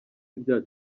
ryacu